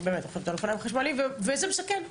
וזה מסכן,